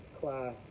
class